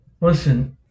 Listen